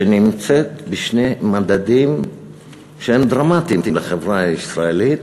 שנמצאת, בשני מדדים שהם דרמטיים לחברה הישראלית,